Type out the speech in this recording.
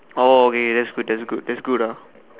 oh okay okay that's good that's good that's good ah